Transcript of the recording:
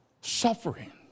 suffering